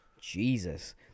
jesus